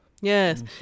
Yes